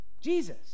Jesus